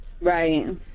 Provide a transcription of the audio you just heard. Right